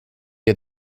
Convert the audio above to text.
had